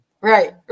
Right